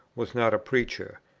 was not a preacher.